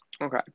Okay